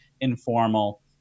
informal